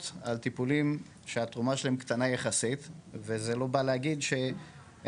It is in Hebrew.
על טיפולים שהתרומה שלהם קטנה יחסית וזה לא בא להגיד שאין